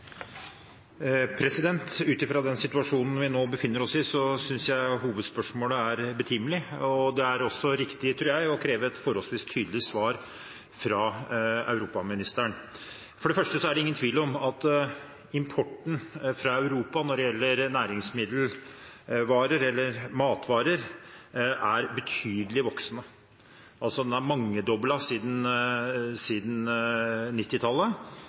den situasjonen vi nå befinner oss i, synes jeg hovedspørsmålet er betimelig. Det er også riktig, tror jeg, å kreve et forholdsvis tydelig svar fra europaministeren. For det første er det ingen tvil om at importen fra Europa når det gjelder næringsmiddelvarer, eller matvarer, er betydelig voksende. Den er mangedoblet siden